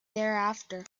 thereafter